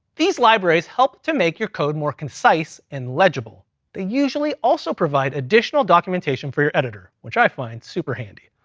these libraries help to make your code more concise, and legible. they usually also provide additional documentation for your editor, which i find super handy.